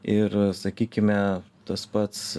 ir sakykime tas pats